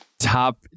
top